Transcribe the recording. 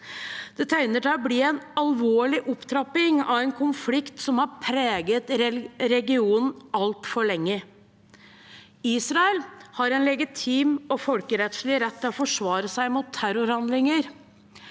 Det tegner til å bli en alvorlig opptrapping av en konflikt som har preget regionen altfor lenge. Israel har en legitim og folkerettslig rett til å forsvare seg mot terrorhandlinger.